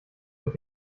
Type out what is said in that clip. mit